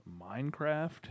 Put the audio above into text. Minecraft